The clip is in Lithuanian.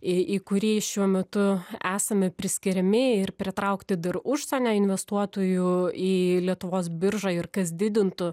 į į kurį šiuo metu esame priskiriami ir pritraukti dar užsienio investuotojų į lietuvos biržą ir kas didintų